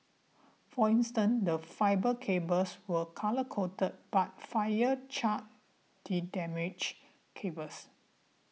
for instance the fibre cables were colour coded but the fire charred the damaged cables